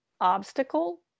obstacle